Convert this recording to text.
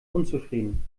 unzufrieden